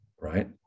right